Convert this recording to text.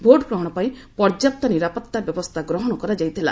vote ଗ୍ରହଣ ପାଇଁ ପର୍ଯ୍ୟାପ୍ତ ନିରାପତ୍ତା ବ୍ୟବସ୍ଥା ଗ୍ରହଣ କରାଯାଇଥିଲା